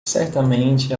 certamente